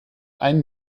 ein